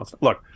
Look